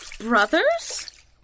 brothers